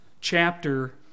chapter